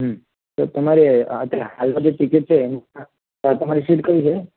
તો તમારે અત્યારે હાલમાં જે ટિકિટ છે તમારી સીટ કઈ છે